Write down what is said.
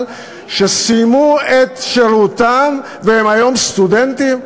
שסיימו את שירותם והם היום סטודנטים.